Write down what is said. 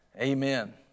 Amen